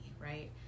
right